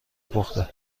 پخته